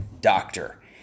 Doctor